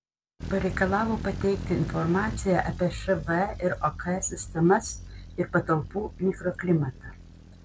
pareikalavo pateikti informaciją apie šv ir ok sistemas ir patalpų mikroklimatą